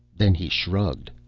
then he shrugged.